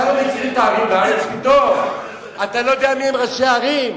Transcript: אתה לא מכיר את, ואתה לא יודע מיהם ראשי הערים?